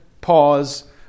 pause